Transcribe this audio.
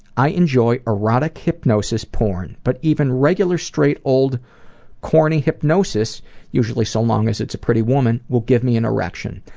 i enjoy erotic hypnosis porn, but even regular straight old corny hypnosis usually, so long as it's a pretty woman, will give me an erection.